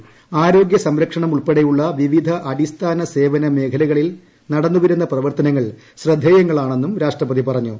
കൃആർോഗൃ സംരക്ഷണം ഉൾപ്പെടെയുളള വിവിധ അടിസ്ഥാന മ്സേവന മേഖലകളിൽ നടന്നുവരുന്ന പരിവർത്തനങ്ങൾ ശ്രദ്ധേയങ്ങളാണെന്നും രാഷ്ട്രപതി പറഞ്ഞു